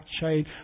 chain